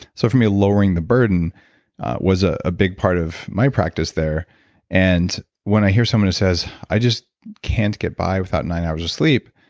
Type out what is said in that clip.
so for me, lowering the burden was a ah big part of my practice there and when i hear someone who says, i just can't get by without nine hours of sleep,